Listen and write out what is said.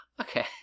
okay